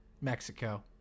Mexico